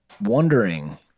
wondering